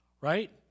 Right